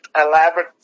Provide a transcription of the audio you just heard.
elaborate